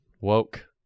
Woke